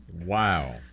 Wow